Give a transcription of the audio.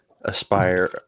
aspire